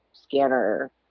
scanner